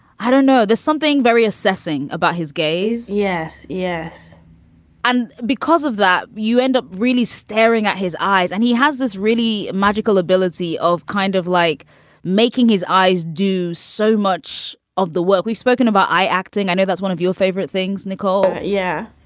i don't know. there's something very assessing about his gaze yes. yes and because of that, you end up really staring at his eyes. and he has this really magical ability of kind of like making his eyes do so much of the work we've spoken about. i acting. i know that's one of your favorite things, nicole. yeah,